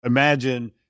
Imagine